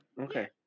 Okay